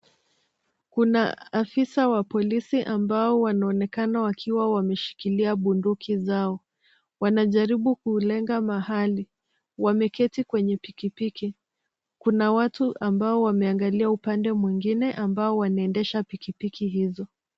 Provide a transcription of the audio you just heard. Kuna afisa wa polisi ambao wanaonekana wakiwa wameshikilia bunduki zao. Wanajaribu kulenga mahali. Wameketi kwenye pikipiki. Kuna watu ambao wameangalia upande mwingine ambao wanaendesha pikipiki hizo.